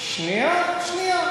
שנייה, שנייה.